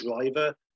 driver